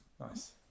nice